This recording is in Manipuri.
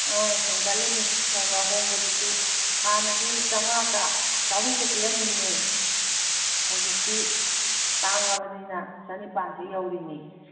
ꯑꯥ ꯍꯦꯟꯒꯠꯂꯤꯅꯤ ꯈꯔ ꯈꯔ ꯍꯣꯡꯕꯁꯤꯁꯨ ꯍꯥꯟꯅꯗꯤ ꯆꯥꯝꯃꯉꯥꯒ ꯆꯍꯨꯝꯒ ꯄꯤꯔꯝꯃꯤꯅꯦ ꯍꯧꯖꯤꯛꯇꯤ ꯇꯥꯡꯉꯕꯅꯤꯅ ꯆꯅꯤꯄꯥꯟꯁꯤ ꯌꯧꯔꯤꯅꯦ